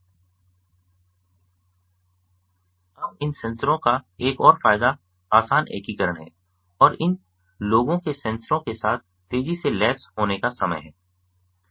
अब इन सेंसरों का एक और फायदा आसान एकीकरण है और इन लोगों के सेंसरों के साथ तेजी से लैस होने का समय है